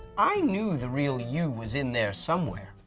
i knew the real you was in there somewhere.